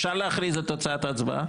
אפשר להכריז את תוצאת ההצבעה?